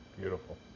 beautiful